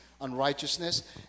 unrighteousness